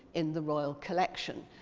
in the royal collection.